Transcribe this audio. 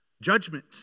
Judgment